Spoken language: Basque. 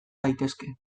daitezke